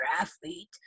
athlete